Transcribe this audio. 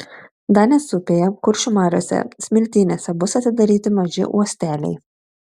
danės upėje kuršių mariose smiltynėse bus atidaryti maži uosteliai